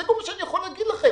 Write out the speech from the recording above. זה כל מה שאני יכול להגיד לכם.